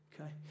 okay